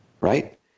right